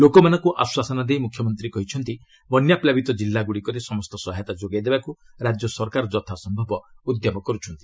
ଲୋକମାନଙ୍କୁ ଆଶ୍ୱାସନା ଦେଇ ମୁଖ୍ୟମନ୍ତ୍ରୀ କହିଛନ୍ତି ବନ୍ୟା ପ୍ଲାବିତ କିଲ୍ଲାଗୁଡ଼ିକରେ ସମସ୍ତ ସହାୟତା ଯୋଗାଇ ଦେବାକୁ ରାଜ୍ୟ ସରକାର ଯଥା ସମ୍ଭବ ଉଦ୍ୟମ କରୁଛନ୍ତି